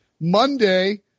Monday